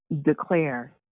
declare